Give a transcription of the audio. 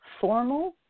formal